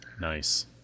Nice